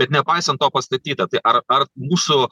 bet nepaisant to pastatyta tai ar ar mūsų